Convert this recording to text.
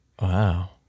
Wow